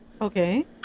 okay